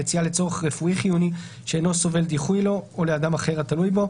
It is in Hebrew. יציאה לצורך רפואי חיוני שאינו סובל דיחוי לו או לאדם אחר התלוי בו,